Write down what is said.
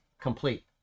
complete